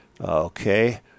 Okay